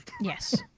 Yes